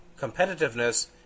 competitiveness